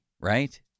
right